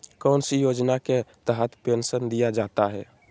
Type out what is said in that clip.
कौन सी योजना के तहत पेंसन दिया जाता है?